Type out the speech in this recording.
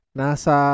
nasa